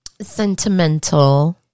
sentimental